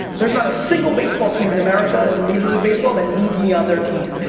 there's not a single baseball team in america in major league baseball that needs me on their team.